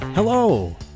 Hello